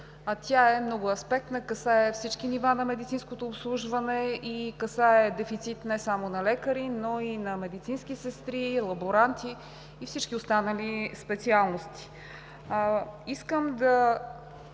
тя е многоаспектна – касае всички нива на медицинското обслужване и дефицит не само на лекари, но и на медицински сестри, лаборанти и всички останали специалности.